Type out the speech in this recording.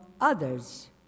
others